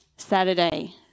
saturday